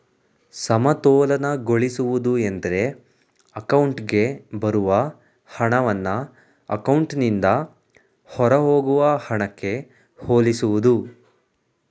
ಸಮತೋಲನಗೊಳಿಸುವುದು ಎಂದ್ರೆ ಅಕೌಂಟ್ಗೆ ಬರುವ ಹಣವನ್ನ ಅಕೌಂಟ್ನಿಂದ ಹೊರಹೋಗುವ ಹಣಕ್ಕೆ ಹೋಲಿಸುವುದು